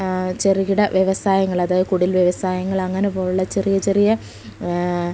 ചെറുകിട വ്യവസായങ്ങൾ അതായത് കുടിൽ വ്യവസായങ്ങൾ അങ്ങനെ പോലുള്ള ചെറിയ ചെറിയ